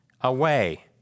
away